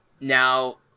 Now